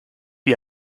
wie